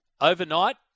Overnight